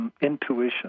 intuition